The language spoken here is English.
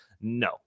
No